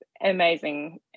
amazing